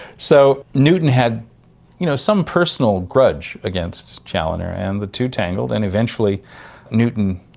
so newton had you know some personal grudge against chaloner, and the two tangled, and eventually newton,